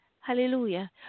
hallelujah